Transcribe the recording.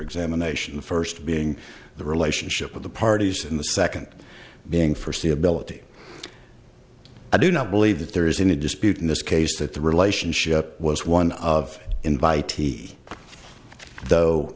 examination the first being the relationship of the parties in the second being for c ability i do not believe that there is in a dispute in this case that the relationship was one of invitee though